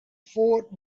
fort